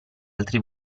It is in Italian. altri